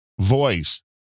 voice